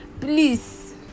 please